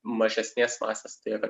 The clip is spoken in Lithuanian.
mažesnės masės tai yra